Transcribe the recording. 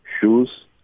Shoes